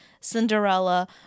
Cinderella